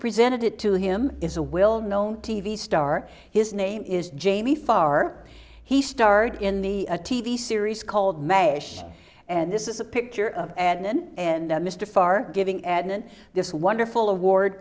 presented it to him is a we'll known t v star his name is jamie far he starred in the t v series called mash and this is a picture of adnan and mr far giving adnan this wonderful award